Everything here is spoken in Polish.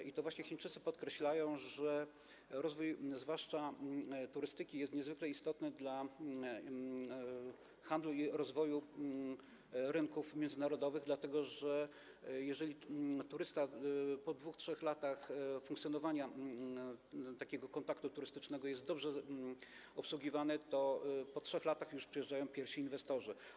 I to właśnie Chińczycy podkreślają, że rozwój zwłaszcza turystyki jest niezwykle istotny dla handlu i rozwoju rynków międzynarodowych, dlatego że jeżeli turysta po 2–3 latach funkcjonowania takiego kontaktu turystycznego jest dobrze obsługiwany, to już po 3 latach przyjeżdżają pierwsi inwestorzy.